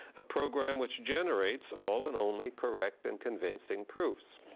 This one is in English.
a program which generates all and only correct and convincing proofs.